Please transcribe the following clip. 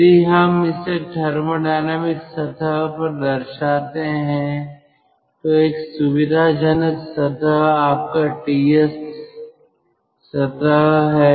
यदि हम इसे थर्मोडायनामिक सतह पर दर्शाते हैं तो एक सुविधाजनक सतह आपका T S सतह है